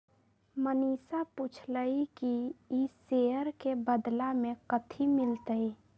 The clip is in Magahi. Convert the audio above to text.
मनीषा पूछलई कि ई शेयर के बदला मे कथी मिलतई